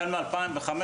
החל מ-2005,